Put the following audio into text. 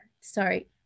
sorry